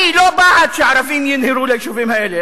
אני לא בעד שערבים ינהרו ליישובים האלה,